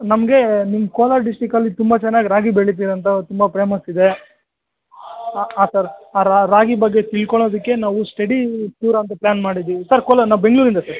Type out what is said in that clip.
ನಮಗೆ ನಿಮ್ಮ ಕೋಲಾರ್ ಡಿಸ್ಟ್ರಿಕಲ್ಲಿ ತುಂಬ ಚೆನ್ನಾಗಿ ರಾಗಿ ಬೆಳಿತೀರಿ ಅಂತ ತುಂಬ ಫೇಮಸ್ ಇದೆ ಹಾಂ ಹಾಂ ಸರ್ ಆ ರಾಗಿ ಬಗ್ಗೆ ತಿಳ್ಕೊಳೋದಕ್ಕೆ ನಾವು ಸ್ಟಡಿ ಟೂರ್ ಅಂತ ಪ್ಲ್ಯಾನ್ ಮಾಡಿದ್ದೀವಿ ಸರ್ ಕೋಲಾ ನಾವು ಬೆಂಗಳೂರಿಂದ ಸರ್